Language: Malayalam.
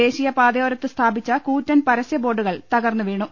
ദേശീയപാതയോരത്ത് സ്ഥാപിച്ച കൂറ്റൻ പര സ്യബോർഡുകൾ തകർന്നുവീണു